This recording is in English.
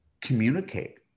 communicate